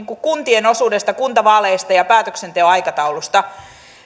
kuntien osuudesta kuntavaaleista ja päätöksenteon aikataulusta